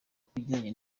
kubijyanye